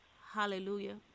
hallelujah